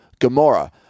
Gamora